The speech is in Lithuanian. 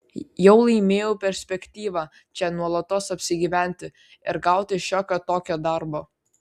jau laimėjau perspektyvą čia nuolatos apsigyventi ir gauti šiokio tokio darbo